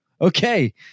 okay